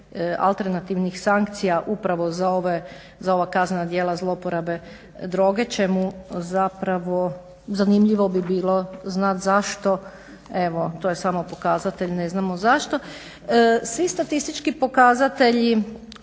alternativnih sankcija upravo za ova kaznena djela zloporabe droge čemu zapravo zanimljivo bi bilo znat zašto. Evo to je samo pokazatelj, ne znamo zašto. Svi statistički pokazatelji